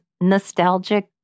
nostalgic